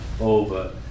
over